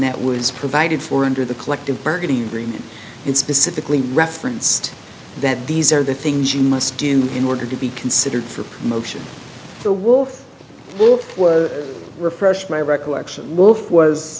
that was provided for under the collective bargaining agreement and specifically referenced that these are the things you must do in order to be considered for promotion the wolf will refresh my recollection wolf was